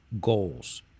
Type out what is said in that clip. goals